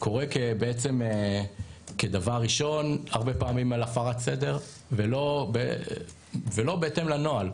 קורה כדבר ראשון הרבה פעמים על הפרת סדר ולא בהתאם לנוהל.